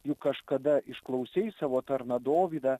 juk kažkada išklausei savo tarną dovydą